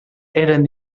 eren